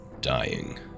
dying